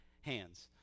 hands